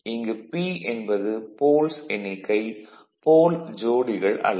இங்கு P என்பது poles எண்ணிக்கை போல் ஜோடிகள் அல்ல